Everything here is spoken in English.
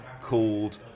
called